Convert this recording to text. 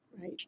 Right